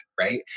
Right